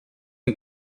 que